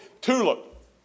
TULIP